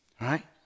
right